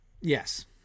yes